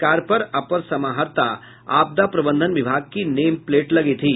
car पर अपर समाहर्ता आपदा प्रबंधन विभाग की नेमप्लेट लगी थी